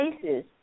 places